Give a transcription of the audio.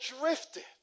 drifted